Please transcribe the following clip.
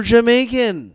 Jamaican